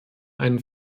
einen